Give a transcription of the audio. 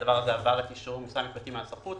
הדבר הזה עבר את אישור משרד המשפטים, נסחות.